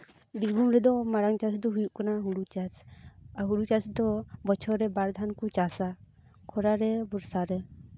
ᱵᱤᱨᱵᱷᱩᱢ ᱨᱮᱫᱚ ᱢᱟᱨᱟᱝ ᱪᱟᱥ ᱫᱚ ᱦᱩᱭᱩᱜ ᱠᱟᱱᱟ ᱦᱩᱲᱩ ᱪᱟᱥ ᱦᱩᱲᱩ ᱪᱟᱥ ᱫᱚ ᱵᱚᱪᱷᱚᱨ ᱨᱮ ᱵᱟᱨᱫᱷᱟᱣ ᱠᱚ ᱪᱟᱥᱟ ᱠᱷᱚᱨᱟ ᱨᱮ ᱵᱚᱨᱥᱟᱨᱮ